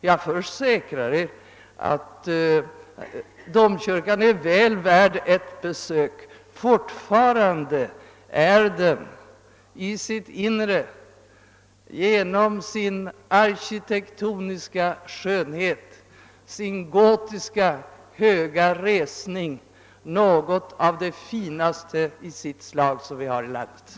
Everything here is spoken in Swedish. Jag försäkrar er att domkyrkan är väl värd ett besök. Fortfarande är den i sitt inre genom sin arkitektoniska skönhet, sin gotiska höga resning något av det finaste i sitt slag som vi har i landet.